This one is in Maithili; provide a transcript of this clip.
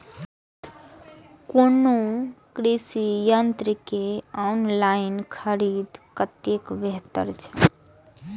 कोनो कृषि यंत्र के ऑनलाइन खरीद कतेक बेहतर छै?